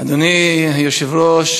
אדוני היושב-ראש,